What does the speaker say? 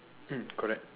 mm correct